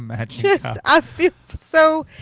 um yeah just. i feel so.